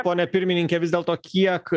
pone pirmininke vis dėlto kiek